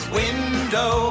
window